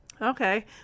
Okay